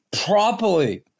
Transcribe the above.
properly